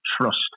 trust